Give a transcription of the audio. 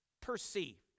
perceived